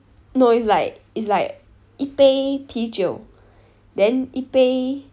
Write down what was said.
no it's like it's like 一杯啤酒 then 一杯